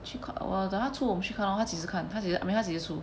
去看我等一下我们出门 lor 他几时看 I mean 他几时出